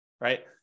right